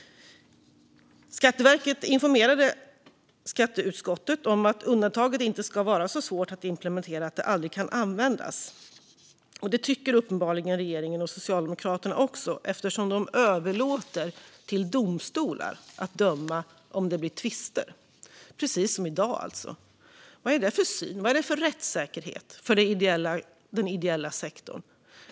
Skatteverket informerade skatteutskottet om att undantaget inte ska vara så svårt att implementera att det aldrig kan användas. Det tycker uppenbarligen regeringen och Socialdemokraterna också, eftersom de överlåter till domstolar att döma om det blir tvister - precis som i dag alltså. Vad är det för syn? Vad är det för rättssäkerhet för den ideella sektorn?